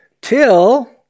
till